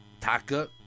Taka